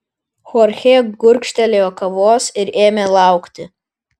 chorchė gurkštelėjo kavos ir ėmė laukti